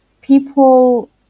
people